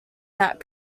that